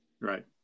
Right